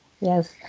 Yes